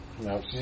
No